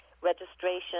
registration